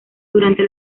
durante